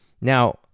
now